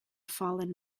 fallen